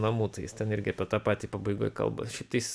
namų tai jis ten irgi apie tą patį pabaigoj kalba šiaip tai jis